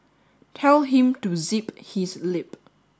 tell him to zip his lip